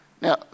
Now